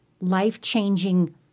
Life-changing